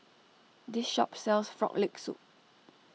this shop sells Frog Leg Soup